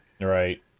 right